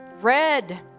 red